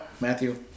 Matthew